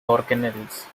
organelles